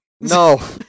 no